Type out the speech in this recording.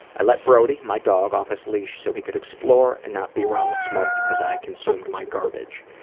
i let brody, my dog, off his leash so he could explore and not be around the smoke as i consumed my garbage.